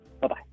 Bye-bye